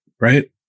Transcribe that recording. Right